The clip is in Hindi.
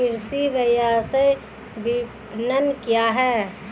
कृषि व्यवसाय विपणन क्या है?